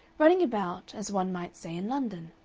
running about, as one might say, in london.